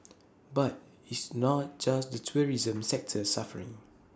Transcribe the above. but it's not just the tourism sector suffering